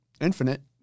Infinite